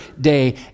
day